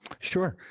sure.